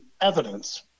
evidence